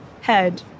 head